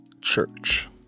church